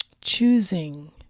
choosing